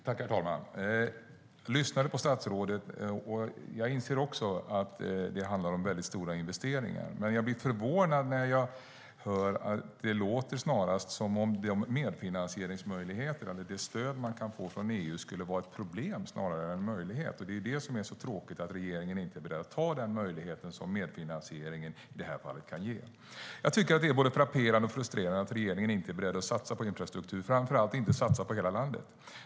Herr talman! Jag lyssnade på statsrådet, och jag inser också att det handlar om väldigt stora investeringar. Men jag blir förvånad när jag hör att det låter som om medfinansieringsmöjligheter eller det stöd man kan få från EU skulle vara ett problem snarare än en möjlighet. Det som är så tråkigt är ju att regeringen inte är beredd att ta den möjlighet som medfinansieringen i detta fall kan ge. Jag tycker att det är både frapperande och frustrerande att regeringen inte är beredd att satsa på infrastruktur, framför allt inte satsa på hela landet.